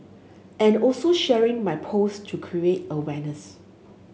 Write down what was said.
and also sharing my post to create awareness